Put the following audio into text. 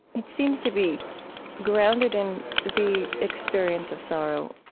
it seems to be grounded in the experience of sorrow,